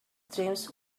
dreams